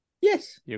Yes